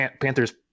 Panthers